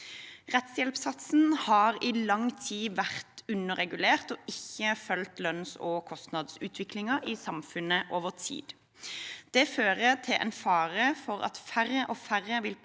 Rettshjelpssatsen har i lang tid vært underregulert og ikke fulgt lønns- og kostnadsutviklingen i samfunnet over tid. Det fører til en fare for at færre og færre vil påta